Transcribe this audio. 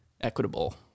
equitable